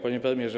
Panie Premierze!